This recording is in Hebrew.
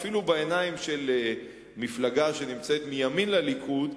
אפילו בעיניים של מפלגה שנמצאת מימין לליכוד,